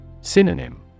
Synonym